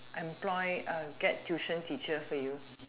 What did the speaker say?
employ uh get tuition teacher for you